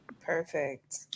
Perfect